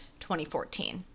2014